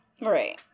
right